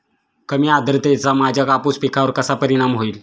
कमी आर्द्रतेचा माझ्या कापूस पिकावर कसा परिणाम होईल?